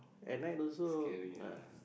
at night also uh